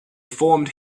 formed